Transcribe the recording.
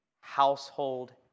household